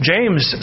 James